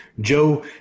Joe